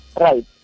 right